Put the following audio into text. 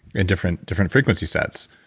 in different different frequency sets.